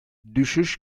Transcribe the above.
düşüş